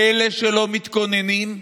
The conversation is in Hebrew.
פלא שלא מתכוננים?